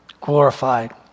glorified